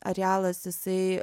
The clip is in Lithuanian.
arealas jisai